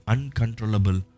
Uncontrollable